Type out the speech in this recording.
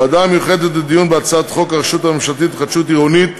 הוועדה המיוחדת לדיון בהצעת חוק הרשות הממשלתית להתחדשות עירונית,